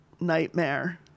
Nightmare